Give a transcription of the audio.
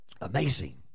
Amazing